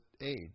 age